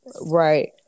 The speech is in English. Right